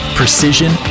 precision